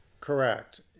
Correct